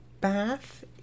Bath